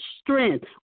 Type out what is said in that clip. strength